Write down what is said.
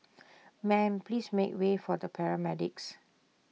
ma'am please make way for the paramedics